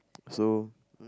so